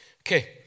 Okay